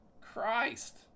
Christ